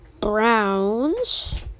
Browns